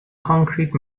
concrete